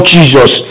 Jesus